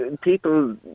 people